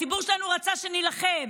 הציבור שלנו רצה שנילחם,